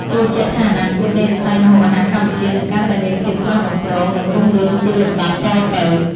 ជឿជាក់ថាអនាគតនៃវិស័យម្ហូបអាហារកម្ពុជានឹងកាន់តែមានភាពស្រស់បំព្រងនិងរុងរឿងជាលំដាប់តទៅ។